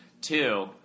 Two